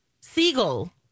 seagull